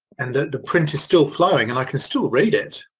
and the print is still flowing and i can still read it.